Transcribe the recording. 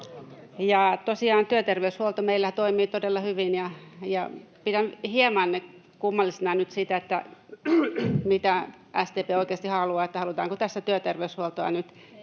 Tosiaan työterveyshuolto meillä toimii todella hyvin. Pidän hieman kummallisena nyt sitä, mitä SDP oikeasti haluaa: halutaanko tässä työterveyshuoltoa nyt